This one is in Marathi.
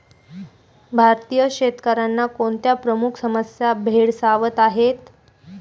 भारतीय शेतकऱ्यांना कोणत्या प्रमुख समस्या भेडसावत आहेत?